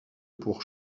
pour